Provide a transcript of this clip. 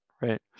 right